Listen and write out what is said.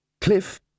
Cliff